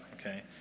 okay